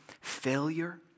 failure